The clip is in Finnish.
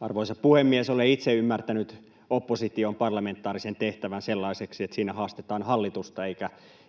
Arvoisa puhemies! Olen itse ymmärtänyt opposition parlamentaarisen tehtävän sellaiseksi, että siinä haastetaan hallitusta